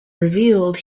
revealed